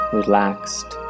relaxed